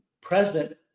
present